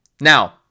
Now